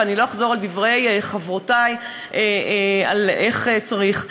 ואני לא אחזור על דברי חברותי על איך צריך להיות.